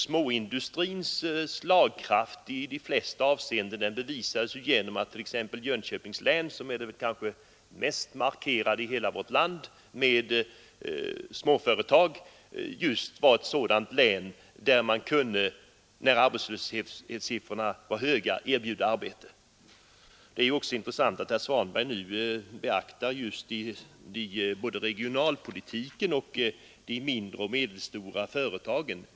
Småindustrins slagkraft i de flesta avseenden bevisas av att t.ex. Jönköpings län, som har den mest markerade småföretagsamheten i hela vårt land, kunde erbjuda arbete även när arbetslöshetssiffrorna var höga i landet. Det är också intressant att herr Svanberg nu beaktar både regionalpolitiken och de mindre och medelstora företagen.